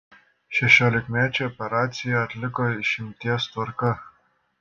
šešiolikmečiui operaciją atliko išimties tvarka